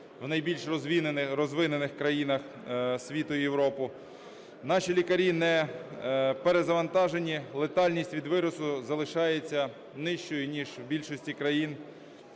в найбільш розвинених країнах світу і Європи. Наші лікарі не перевантажені. Летальність від вірусу залишається нижчою, ніж в більшості країн